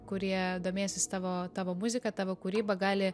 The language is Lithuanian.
kurie domėsis tavo tavo muzika tavo kūryba gali